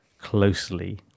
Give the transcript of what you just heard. closely